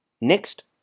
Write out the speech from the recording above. Next